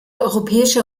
europäische